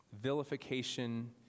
vilification